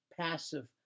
passive